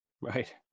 right